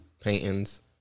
Paintings